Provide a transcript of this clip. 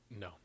No